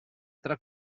tra